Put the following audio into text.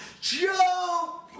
Joe